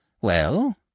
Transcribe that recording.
Well